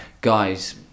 guys